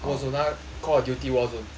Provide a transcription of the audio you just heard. war zone 那个 call of duty war zone no one